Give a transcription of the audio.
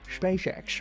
SpaceX